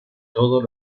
todos